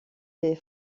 des